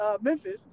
Memphis